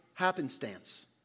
Happenstance